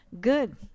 good